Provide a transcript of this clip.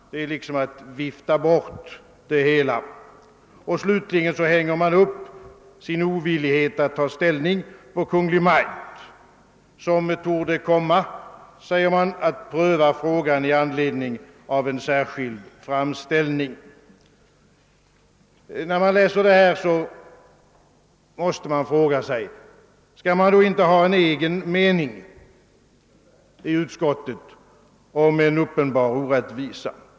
— Detta är, tycker jag, ett sätt att vifta bort det hela. Slutligen hänger man upp sin ovillighet att ta ställning på en förmodan att Kungl. Maj:t torde komma att pröva frågan i anledning av en särskild framställning. Efter att ha läst detta frågar jag mig: Skall man inte ha en egen mening i ut-: skottet om en uppenbar orättvisa?